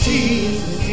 Jesus